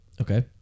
Okay